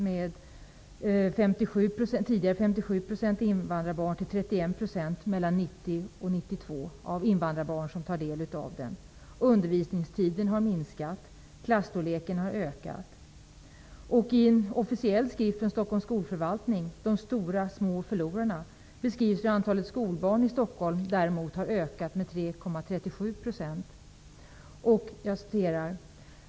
Tidigare gavs den åt 57 % av invandrarbarnen, men det har skett en minskning till 31 % mellan 1990 och 1992. Undervisningstiden har minskat, klasstorleken har ökat. ''De STORA små förlorarna'', beskrivs hur däremot antalet skolbarn i Stockholms har ökat med 3,37 %.